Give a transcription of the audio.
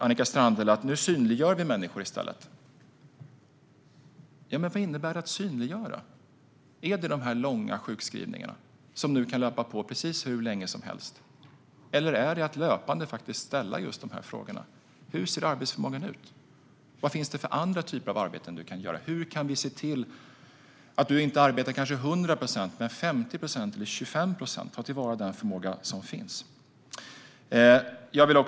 Annika Strandhäll säger att nu synliggörs människor i stället. Men vad innebär det att synliggöra? Är det genom de långa sjukskrivningar som nu kan löpa på precis hur länge som helst, eller är det att löpande ställa dessa frågor: Hur ser arbetsförmågan ut? Vad finns det för andra typer av arbeten du kan göra? Hur kan vi se till att du arbetar, kanske inte 100 procent men 50 eller 25, för att ta till vara den förmåga som finns?